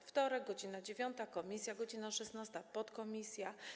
Wtorek, godz. 9 - komisja, godz. 16 - podkomisja.